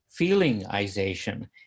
feelingization